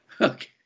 Okay